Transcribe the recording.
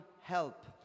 help